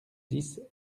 dix